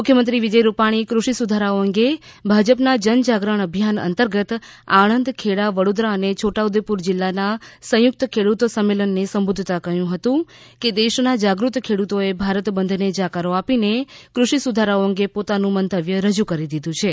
મુખ્યમંત્રી વિજય રૂપાણી કૃષિ સુધારાઓ અંગે ભાજપના જનજાગરણ અભિયાન અંતર્ગત આણંદ ખેડા વડોદરા અને છોટા ઉદેપુર જિલ્લાના સંયુક્ત ખેડૂત સંમેલનને સંબોધતા કહ્યું હતું કે દેશના જાગૃત ખેડૂતોએ ભારત બંધને જાકારો આપીને કૃષિ સુધારાઓ અંગે પોતાનું મંતવ્ય રજૂ કરી દીધું છે